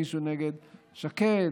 מישהו נגד שקד,